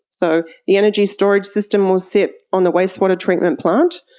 so the energy storage system will sit on the wastewater treatment plant,